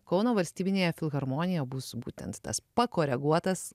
kauno valstybinėje filharmonija bus būtent tas pakoreguotas